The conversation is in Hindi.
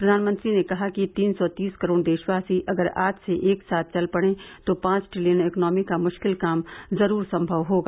प्रधानमंत्री ने कहा कि तीन सौ तीस करोड़ देशवासी अगर आज से एक साथ चल पड़ें तो पांच ट्रिलियन इकॉनमी का मुश्किल काम ज़रूर संगव होगा